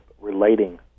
relating